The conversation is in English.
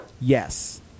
yes